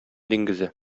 диңгезе